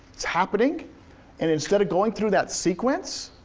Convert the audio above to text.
it's happening and instead of going through that sequence,